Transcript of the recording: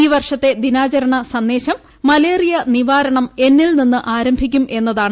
ഈ വർഷത്തെ ദിനാചരണ സന്ദേശം മലേറിയ നിവാരണം എന്നിൽ നിന്ന് ആരംഭിക്കും എന്നതാണ്